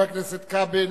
חבר הכנסת כבל,